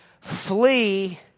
flee